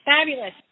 fabulous